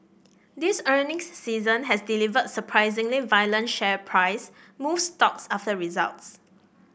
this earnings season has delivered surprisingly violent share price moves stocks after results